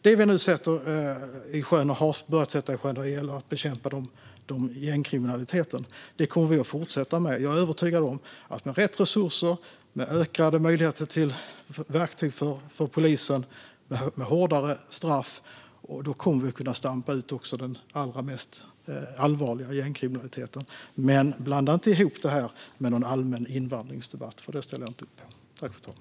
Det arbete som vi nu har börjat sätta i sjön när det gäller att bekämpa gängkriminaliteten kommer vi att fortsätta med. Jag är övertygad om att med rätt resurser, fler verktyg för polisen och hårdare straff kommer vi att kunna stampa ut också den allra mest allvarliga gängkriminaliteten. Men blanda inte ihop det här med någon allmän invandringsdebatt! Det ställer jag inte upp på.